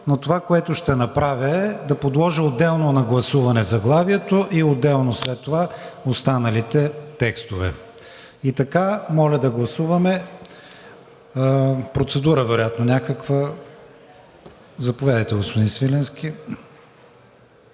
Това, което ще направя, е да подложа отделно на гласуване заглавието и отделно след това останалите текстове. И така, моля да гласуваме. (Реплики.) Процедура вероятно някаква? Заповядайте, господин Свиленски.